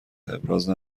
ابراز